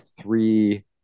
three